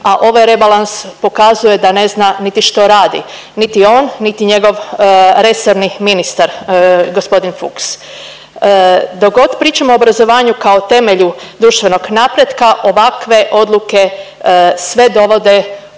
a ovaj rebalans pokazuje da ne zna niti što radi, niti on niti njegov resorni ministar gospodin Fuchs. Dok god pričamo o obrazovanju kao temelju društvenog napretka ovakve odluke sve dovode u